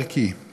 אני שואל: